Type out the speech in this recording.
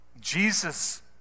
Jesus